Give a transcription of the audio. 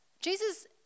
Jesus